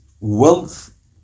Wealth